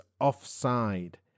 offside